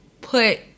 put